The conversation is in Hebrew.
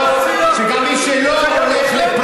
שגם מי שלא הולך,